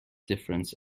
difference